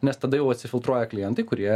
nes tada jau atsifiltruoja klientai kurie